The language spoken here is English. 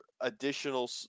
additional